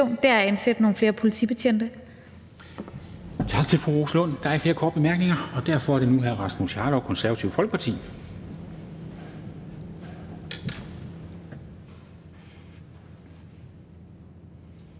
Formanden (Henrik Dam Kristensen): Tak til fru Rosa Lund. Der er ikke flere korte bemærkninger, og derfor er det nu hr. Rasmus Jarlov, Det Konservative Folkeparti.